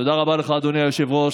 תודה רבה לך, אדוני היושב-ראש.